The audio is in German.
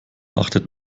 achtet